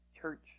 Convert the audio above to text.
Church